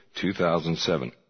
2007